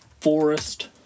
Forest